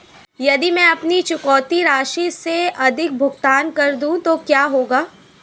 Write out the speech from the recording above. यदि मैं अपनी चुकौती राशि से अधिक भुगतान कर दूं तो क्या होगा?